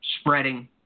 spreading